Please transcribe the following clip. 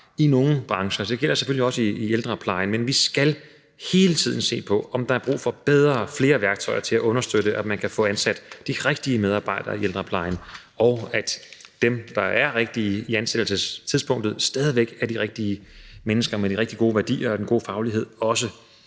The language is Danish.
i nogle brancher, og det gælder selvfølgelig også i ældreplejen. Men vi skal hele tiden se på, om der er brug for bedre og flere værktøjer til at understøtte, at man kan få ansat de rigtige medarbejdere i ældreplejen, og at dem, der er de rigtige på ansættelsestidspunktet, stadig væk er de rigtige mennesker med de rigtig gode værdier og den gode faglighed, også